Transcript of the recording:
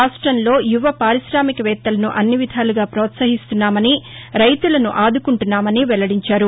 రాష్టంలో యువ పారిశామికవేత్తలను అన్నివిధాలుగా పోత్సహిస్తున్నామని రైతులను ఆదుకుంటున్నామని వెల్లడించారు